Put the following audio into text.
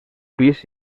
pis